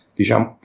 diciamo